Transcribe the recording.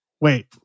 Wait